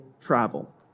travel